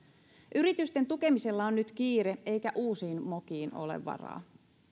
yritysten tukemisella on nyt kiire eikä uusiin mokiin ole varaa